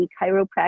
chiropractic